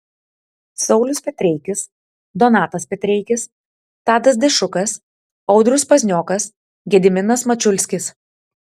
saulius petreikis donatas petreikis tadas dešukas audrius pazniokas gediminas mačiulskis